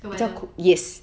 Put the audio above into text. the weather